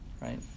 right